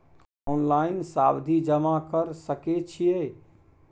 Online सावधि जमा कर सके छिये?